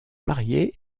marié